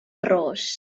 ros